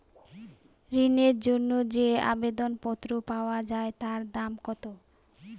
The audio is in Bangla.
ঋণের জন্য যে আবেদন পত্র পাওয়া য়ায় তার দাম কত?